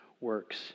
works